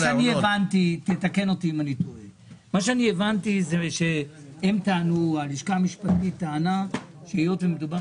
מה שהבנתי זה שהלשכה המשפטית טענה שהיות ומדובר